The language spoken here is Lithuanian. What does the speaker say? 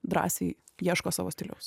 drąsiai ieško savo stiliaus